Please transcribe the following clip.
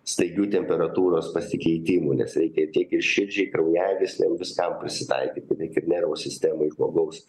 staigių temperatūros pasikeitimų nes reikia tiek ir širdžiai kraujagyslėm viskam pasitaikyti tiek ir nervų sistemai žmogaus